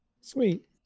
Sweet